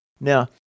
Now